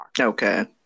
Okay